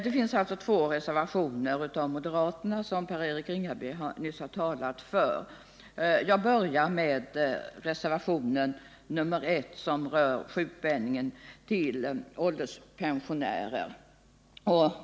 Det finns alltså två reservationer av moderaterna, och Per-Eric Ringaby har nyss talat för dem. Jag börjar med reservationen 1 beträffande sjukpenning till ålderspensionärer.